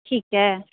ਠੀਕ ਹੈ